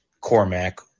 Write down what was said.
Cormac